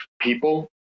people